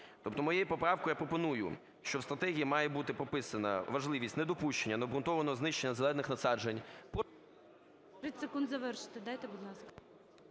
Тобто моєю поправкою я пропоную, що в стратегії має бути прописана важливість недопущення необґрунтованого знищення зелених насаджень…